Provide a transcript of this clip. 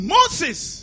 Moses